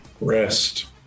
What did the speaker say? Rest